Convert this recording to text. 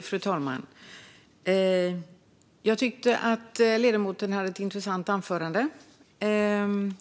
Fru talman! Ledamoten höll ett intressant anförande.